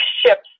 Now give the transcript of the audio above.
ships